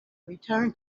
return